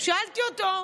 שאלתי אותו: